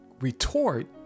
retort